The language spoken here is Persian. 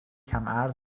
کمعرض